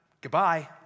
Goodbye